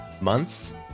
Months